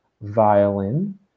violin